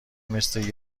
مثل